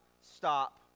stop